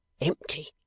empty